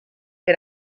que